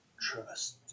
trust